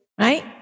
right